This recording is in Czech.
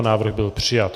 Návrh byl přijat.